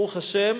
ברוך השם,